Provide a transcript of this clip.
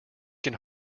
can